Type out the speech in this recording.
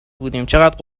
بودیم، چقد